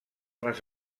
les